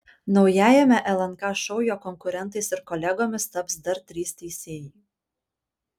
naujajame lnk šou jo konkurentais ir kolegomis taps dar trys teisėjai